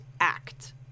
act